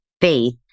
faith